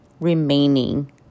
remaining